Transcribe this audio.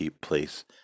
place